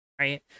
right